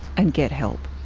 and get help.